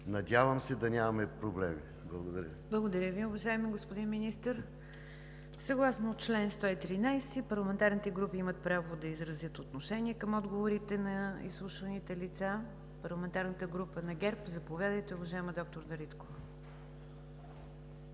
Надявам се да нямаме проблеми. Благодаря. ПРЕДСЕДАТЕЛ НИГЯР ДЖАФЕР: Благодаря Ви, уважаеми господин Министър. Съгласно чл. 113 парламентарните групи имат право да изразят отношение към отговорите на изслушваните лица. Парламентарната група на ГЕРБ – заповядайте, уважаема доктор Дариткова.